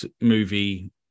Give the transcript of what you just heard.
movie